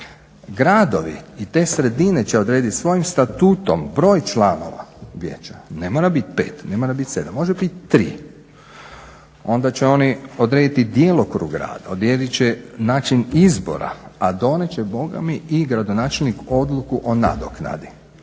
gradovi i te sredine će odrediti svojim statutom broj članova vijeća. Ne mora biti 5 ne mora biti 7, može biti 3. Onda će oni odrediti djelokrug rada, odredit će način izbora, a donijet će i gradonačelnik odluku o nadoknadi